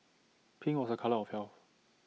pink was A colour of heal